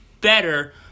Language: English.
better